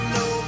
no